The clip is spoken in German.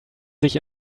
sich